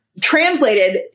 Translated